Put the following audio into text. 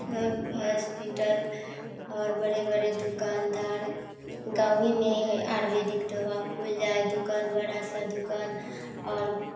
सब हॉस्पिटल और बड़े बड़े दुकानदार गाँवें में है आयुर्वेदिक दवा खुल जाए दुकान बड़ा सा दुकान और